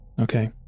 Okay